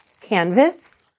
canvas